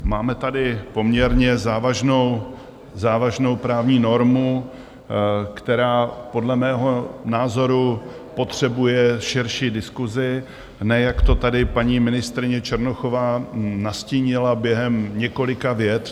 Máme tady poměrně závažnou právní normu, která podle mého názoru potřebuje širší diskusi, ne jak to tady paní ministryně Černochová nastínila během několika vět.